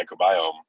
microbiome